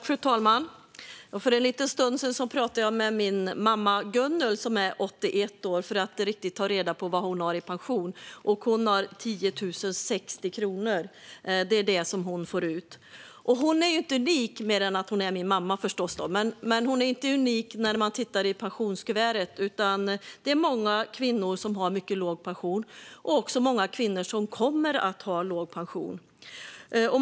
Fru talman! För en liten stund sedan talade jag med min mamma Gunnel, som är 81 år, för att ta reda på vad hon har i pension. Hon har 10 060 kronor; det är detta hon får ut. Hon är inte unik utöver - förstås - att hon är min mamma. Hon är inte unik när det gäller pensionskuvertet. Det är många kvinnor som har en mycket låg pension. Det är också många kvinnor som kommer att ha en låg pension.